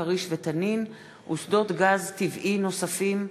"כריש" ו"תנין" ושדות גז טבעי נוספים.